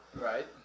Right